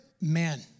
man